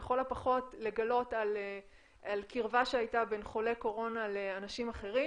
לכל הפחות לגלות על קירבה שהייתה בין חולה קורונה לאנשים אחרים,